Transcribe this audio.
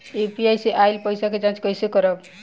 UPI से आइल पईसा के जाँच कइसे करब?